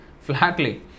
Flatly